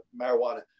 marijuana